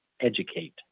educate